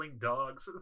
dogs